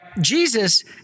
Jesus